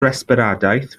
resbiradaeth